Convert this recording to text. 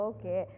Okay